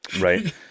right